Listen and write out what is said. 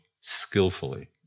skillfully